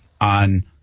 on